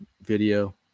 video